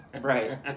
right